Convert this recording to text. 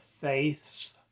faiths